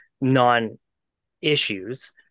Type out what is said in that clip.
non-issues